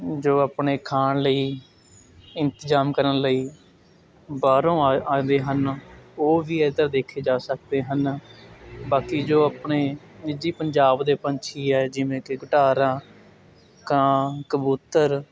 ਜੋ ਅਪਣੇ ਖਾਣ ਲਈ ਇੰਤਜ਼ਾਮ ਕਰਨ ਲਈ ਬਾਹਰੋਂ ਹਨ ਉਹ ਵੀ ਇੱਧਰ ਦੇਖੇ ਜਾ ਸਕਦੇ ਹਨ ਬਾਕੀ ਜੋ ਆਪਣੇ ਨਿੱਜੀ ਪੰਜਾਬ ਦੇ ਪੰਛੀ ਆ ਜਿਵੇਂ ਕਿ ਗੁਟਾਰਾ ਕਾਂ ਕਬੂਤਰ